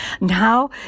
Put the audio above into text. Now